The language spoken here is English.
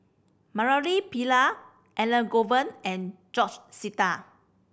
Murali Pillai Elangovan and George Sita